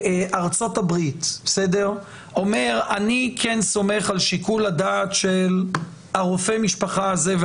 בארצות-הברית אומר: אני כן סומך על שיקול הדעת של רופא המשפחה הזה,